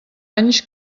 anys